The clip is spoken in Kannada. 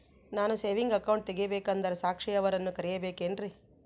ನಾನು ಸೇವಿಂಗ್ ಅಕೌಂಟ್ ತೆಗಿಬೇಕಂದರ ಸಾಕ್ಷಿಯವರನ್ನು ಕರಿಬೇಕಿನ್ರಿ?